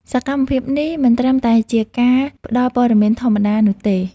សកម្មភាពនេះមិនត្រឹមតែជាការផ្ដល់ព័ត៌មានធម្មតានោះទេ។